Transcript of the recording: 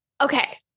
okay